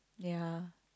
ya